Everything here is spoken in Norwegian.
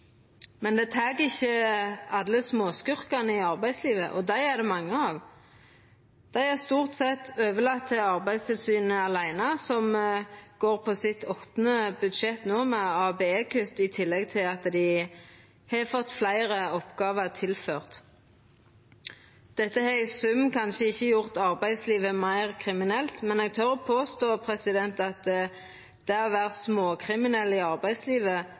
men me tek ikkje alle småskurkane i arbeidslivet, og dei er det mange av. Dei er stort sett overlatne til Arbeidstilsynet aleine, som no går på sitt åttande budsjett med ABE-kutt, i tillegg til at dei har fått tilført fleire oppgåver. Dette har i sum kanskje ikkje gjort arbeidslivet meir kriminelt, men eg tør påstå at det å vera småkriminell i arbeidslivet utanfor eit stort mafianettverk, har vorte langt enklare i